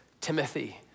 Timothy